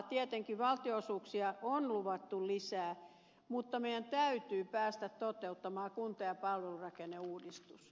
tietenkin valtionosuuksia on luvattu lisää mutta meidän täytyy päästä toteuttamaan kunta ja palvelurakenneuudistus